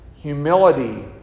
humility